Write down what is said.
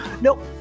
Nope